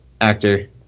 actor